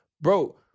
bro